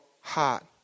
heart